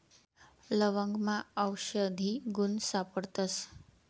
लवंगमा आवषधी गुण सापडतस